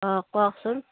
অঁ কওকচোন